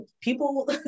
people